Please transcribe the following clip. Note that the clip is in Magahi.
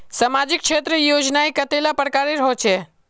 सामाजिक क्षेत्र योजनाएँ कतेला प्रकारेर होचे?